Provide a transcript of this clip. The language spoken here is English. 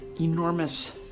enormous